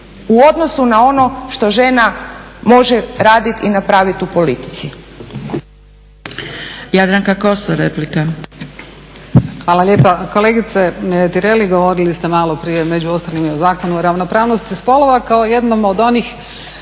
u odnosu na ono što žena može raditi i napraviti u politici.